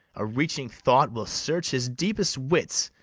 a reaching thought will search his deepest wits,